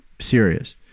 serious